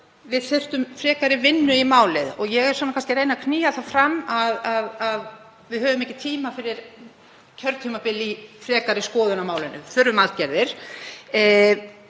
við þyrftum frekari vinnu í málið. Ég er kannski að reyna að knýja það fram að við höfum ekki tíma fyrir heilt kjörtímabil í frekari skoðun á málinu, við þurfum aðgerðir.